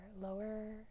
lower